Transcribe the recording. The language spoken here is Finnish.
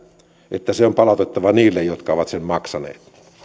että se on palautettava niille jotka ovat sen maksaneet